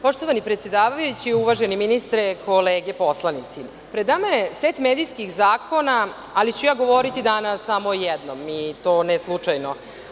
Poštovani predsedavajući, uvaženi ministre, kolege poslanici, pred nama je set medijskih zakona, ali ću ja govoriti danas samo o jednom, i to ne slučajno.